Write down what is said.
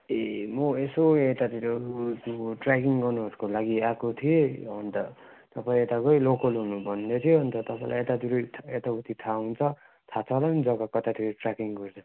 ए म यसो यतातिर त्यो ट्रेकिङ गर्नु उसको लागि आएको थिएँ अन्त तपाईँ यताकै लोकल हुनु भन्दैथ्यो अन्त तपाईँलाई यतातिर यताउति थाहा हुन्छ थाह छ होला नि कतातिर ट्रेकिङ गर्छ